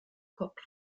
kopf